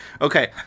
okay